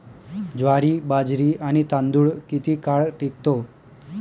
ज्वारी, बाजरी आणि तांदूळ किती काळ टिकतो?